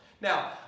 now